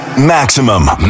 Maximum